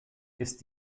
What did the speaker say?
ist